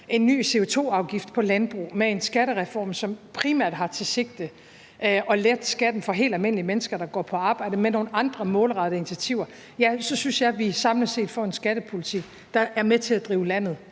en ny CO2-afgift på landbrug med en skattereform, som primært har til sigte at lette skatten for helt almindelige mennesker, der går på arbejde, med nogle andre målrettede initiativer, ja, så synes jeg, vi samlet set får en skattepolitik, der er med til at drive landet